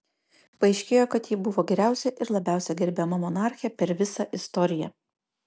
paaiškėjo kad ji buvo geriausia ir labiausiai gerbiama monarchė per visą istoriją